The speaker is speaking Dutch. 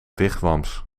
wigwams